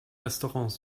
restaurants